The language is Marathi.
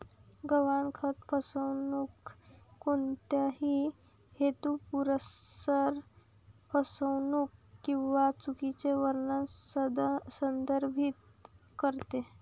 गहाणखत फसवणूक कोणत्याही हेतुपुरस्सर फसवणूक किंवा चुकीचे वर्णन संदर्भित करते